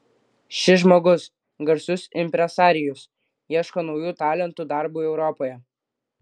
šis žmogus garsus impresarijus ieško naujų talentų darbui europoje